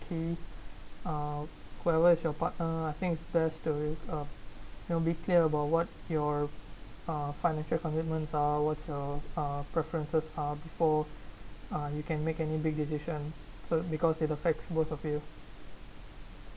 key uh whereas your partner I think best way uh you know be clear about what your uh financial commitments are what's your uh preferences are before uh you can make any big decision because it affects both of you